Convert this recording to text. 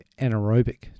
anaerobic